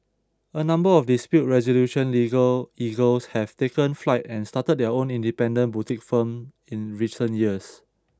a number of dispute resolution legal eagles have taken flight and started their own independent boutique firms in recent years